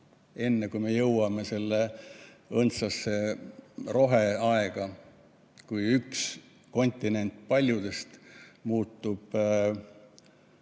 enne kui me jõuame sellesse õndsasse roheaega, kui üks kontinent paljudest muutub